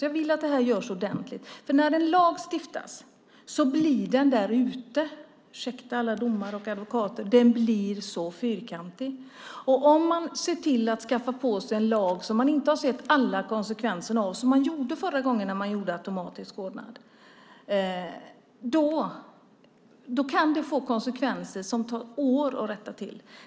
Jag vill att det görs ordentligt, för när det lagstiftas blir det därute - ursäkta alla domare och advokater - så fyrkantigt. Om man inför en lag som man inte har sett alla konsekvenser av, som man gjorde förra gången när automatisk vårdnad infördes, kan det få konsekvenser som tar år att rätta till.